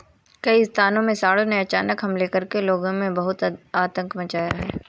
कई स्थानों में सांडों ने अचानक हमले करके लोगों में बहुत आतंक मचाया है